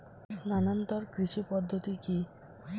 স্থানান্তর কৃষি পদ্ধতি কি?